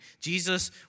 Jesus